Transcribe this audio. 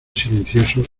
silencioso